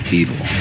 evil